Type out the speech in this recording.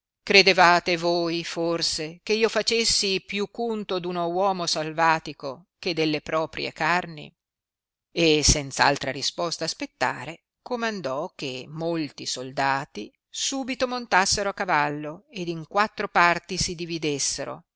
credevate voi forse che io facessi più cunto d uno uomo salvatico che delle proprie carni e senz altra risposta aspettare comandò che molti soldati subito montassero a cavallo ed in quattro parti si dividessero e